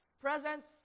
present